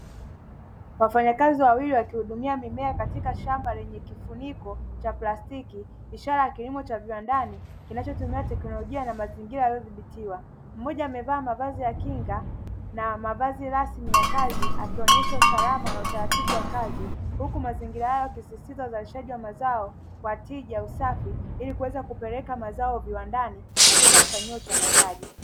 Wafanyakazi wawili wakihudumia mimea katika shamba lenye mfumo wa kulinda mimea kwa plastiki, ishara ya kilimo cha ndani kinachotumia teknolojia na mazingira yaliyodhibitiwa. Mmoja amevaa mavazi ya kinga na mavazi rasmi ya kofia, akionyesha salama na utaratibu wa kazi, huku mazingira hayo yakisisitiza uhifadhi wa mazao kwa tija, usafi, ili kuweza kupeleka mazao ghafi kuweza kufanyiwa uchakataji.